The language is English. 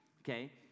okay